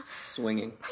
swinging